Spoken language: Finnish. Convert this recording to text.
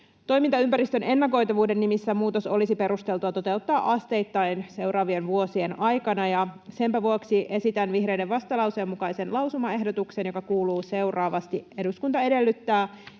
Toimintaympäristön ennakoitavuuden nimissä muutos olisi perusteltua toteuttaa asteittain seuraavien vuosien aikana, ja senpä vuoksi esitän vihreiden vastalauseen mukaisen lausumaehdotuksen, joka kuuluu seuraavasti: ”Eduskunta edellyttää,